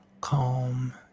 calm